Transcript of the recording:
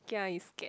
kia is scared